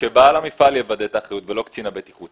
שבעל המפעל יוודא את האחריות ולא קצין הבטיחות.